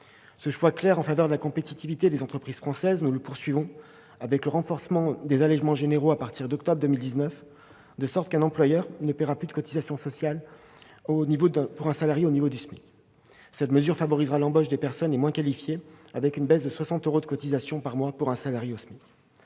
ce choix clair en faveur de la compétitivité des entreprises françaises avec le renforcement des allégements généraux à partir du mois d'octobre 2019, de sorte qu'un employeur ne paiera plus de cotisations sociales pour une personne salariée au niveau du SMIC. Cette mesure favorisera l'embauche des personnes les moins qualifiées, grâce à une baisse de 60 euros de cotisation par mois pour un salarié au